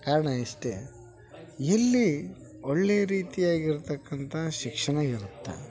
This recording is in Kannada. ಕಾರಣ ಇಷ್ಟೇ ಇಲ್ಲಿ ಒಳ್ಳೆಯ ರೀತಿಯಾಗಿರ್ತಕ್ಕಂಥ ಶಿಕ್ಷಣ ಇರುತ್ತೆ